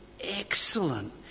excellent